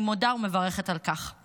אני מודה ומברכת על כך.